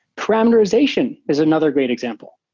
parameterization is another great example.